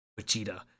Vegeta